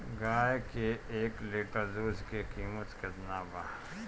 गाए के एक लीटर दूध के कीमत केतना बा?